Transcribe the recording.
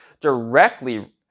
directly